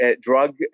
drug